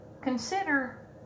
Consider